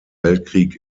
weltkrieg